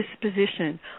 disposition